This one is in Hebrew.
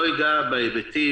לא אגע בהיבטים,